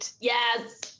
Yes